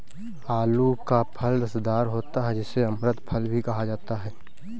आलू का फल रसदार होता है जिसे अमृत फल भी कहा जाता है